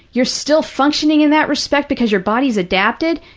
you're still functioning in that respect because your body has adapted,